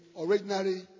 originally